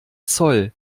zoll